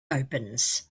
opens